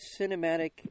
cinematic